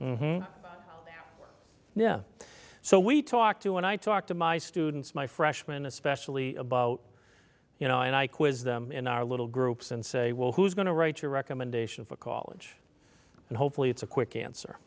yeah so we talk to when i talk to my students my freshman especially about you know and i quiz them in our little groups and say well who's going to write your recommendation for college and hopefully it's a quick